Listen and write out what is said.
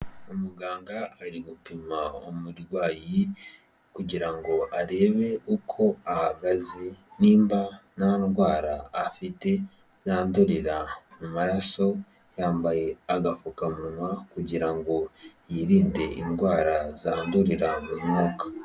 Umuganga ari gupima umurwayi kugira ngo arebe uko ahagaze nimba nta ndwara afite yandurira mu maraso, yambaye agafukamunwa kugira ngo yirinde indwara zandurira mu mwuka.